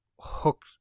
hook